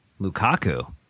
Lukaku